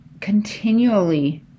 continually